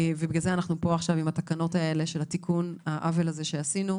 ובגלל זה אנחנו פה עכשיו עם התקנות האלה של תיקון העוול הזה שעשינו,